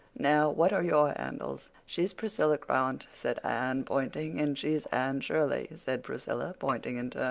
now, what are your handles? she's priscilla grant, said anne, pointing. and she's anne shirley, said priscilla, pointing in